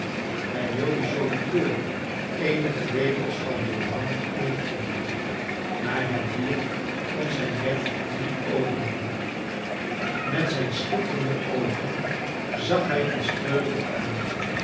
hij wilde joli coeur eenige lepels van dien drank ingeven maar het dier kon zijn bek niet openen met zijn schitterende oogen zag hij ons treurig aan